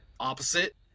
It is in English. Opposite